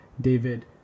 David